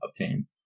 obtain